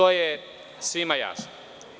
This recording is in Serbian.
To je svima jasno.